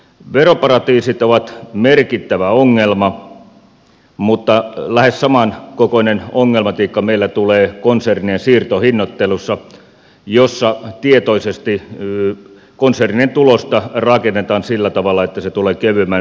veroparatiisit ovat merkittävä ongelma mutta lähes samankokoinen ongelmatiikka meillä tulee konsernien siirtohinnoittelussa jossa tietoisesti konsernien tulosta rakennetaan sillä tavalla että se tulee kevyemmän verotuksen maihin